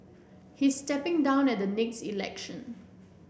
he is stepping down at the next election